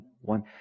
one